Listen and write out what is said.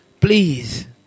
please